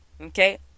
Okay